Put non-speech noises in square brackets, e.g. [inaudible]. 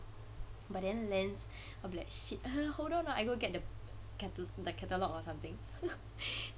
but then lens I be like shit [noise] hold on ah I go get the cat~ catalogue or something [laughs]